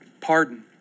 pardon